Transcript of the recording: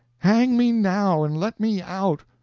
hang me now, and let me out!